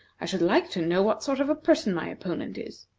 i should like to know what sort of a person my opponent is.